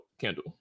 Kendall